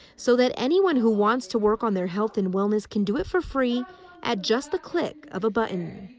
so that any one who wants to work on the health and wellness can do it for free at just the click of a button.